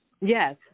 Yes